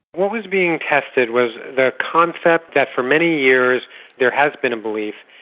what was being tested was the concept that for many years there has been a belief,